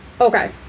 Okay